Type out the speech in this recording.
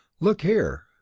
look here!